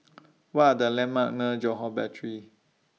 What Are The landmarks Johore Battery